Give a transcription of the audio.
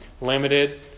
limited